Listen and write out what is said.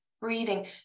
breathing